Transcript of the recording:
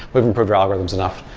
we've improved our algorithms enough,